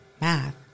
math